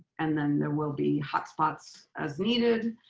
and then there will be hotspots as needed,